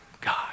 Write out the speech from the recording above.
God